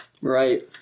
Right